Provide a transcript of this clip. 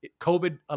COVID